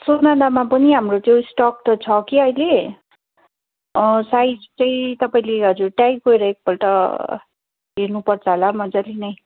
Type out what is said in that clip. सोनादामा पनि हाम्रो चाहिँ स्टक त छ कि अहिले साइज चाहिँ तपाईँले हजुर त्यहीँ गएर एकपल्ट हेर्नुपर्छ होला मजाले नै